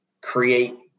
create